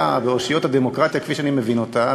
באושיות הדמוקרטיה כפי שאני מבין אותה.